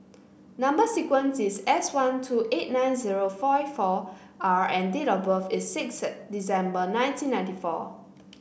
number sequence is S one two eight nine zero five four R and date of birth is sixth December nineteen ninety four